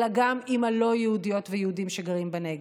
אלא גם עם הלא-יהודיות ויהודים שגרים בנגב,